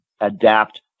adapt